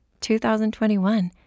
2021